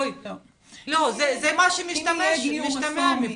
לא, זה מה שמשתמע מפה.